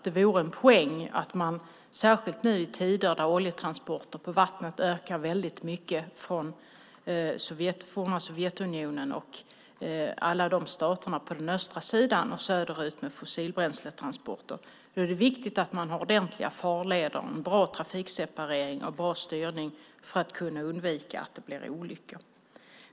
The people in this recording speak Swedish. Det vore en poäng och viktigt att man nu, särskilt i tider då antalet oljetransporter och transporter med annat fossilbränsle på vattnet ökar väldigt mycket från det forna Sovjetunionen och alla stater på den östra sidan och söderut, har ordentliga farleder, en bra trafikseparering och bra styrning för att kunna undvika att det blir olyckor.